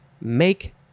Make